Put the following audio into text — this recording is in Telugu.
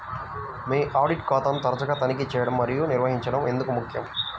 మీ ఆడిట్ ఖాతాను తరచుగా తనిఖీ చేయడం మరియు నిర్వహించడం ఎందుకు ముఖ్యం?